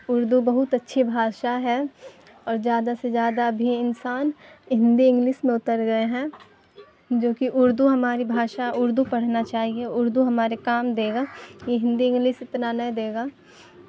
اردو بہت اچھی بھاشا ہے اور جیادہ سے جیادہ بھی انسان ہندی انگلس میں اتر گئے ہیں جو کہ اردو ہماری بھاشا اردو پڑھنا چاہیے اردو ہمارے کام دے گا یہ ہندی انگلس اتنا نہیں دے گا